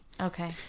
Okay